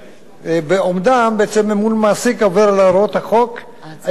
לעובדים בעומדם מול מעסיק העובר על הוראות החוק העיקרי,